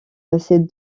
ses